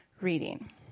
reading